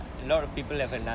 lot of people have another